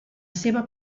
seva